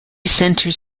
center